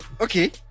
okay